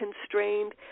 constrained